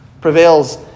prevails